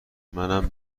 منم